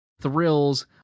thrills